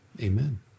Amen